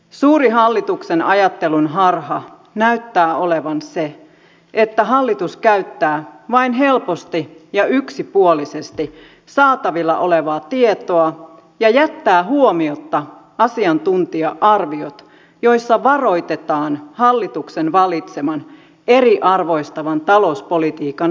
suuri hallituksen ajattelun harha näyttää olevan se että hallitus käyttää vain helposti ja yksipuolisesti saatavilla olevaa tietoa ja jättää huomiotta asiantuntija arviot joissa varoitetaan hallituksen valitseman eriarvoistavan talouspolitiikan seurauksista